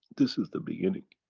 this is the beginning.